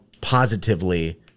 positively